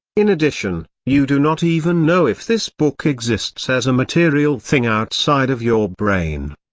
in addition, you do not even know if this book exists as a material thing outside of your brain.